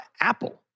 Apple